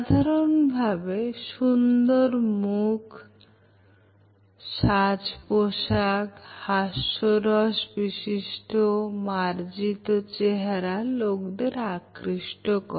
সাধারণভাবে সুন্দর মুখ সাজ পোশাক হাস্যরস বিশিষ্ট মার্জিত চেহারা লোকেদের আকৃষ্ট করে